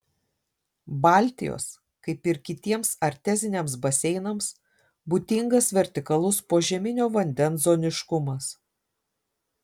baltijos kaip ir kitiems arteziniams baseinams būdingas vertikalus požeminio vandens zoniškumas